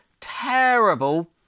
terrible